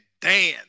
Dan